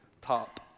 top